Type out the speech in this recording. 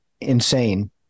insane